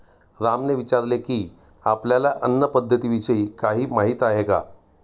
रामने विचारले की, आपल्याला अन्न पद्धतीविषयी काही माहित आहे का?